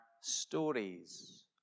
stories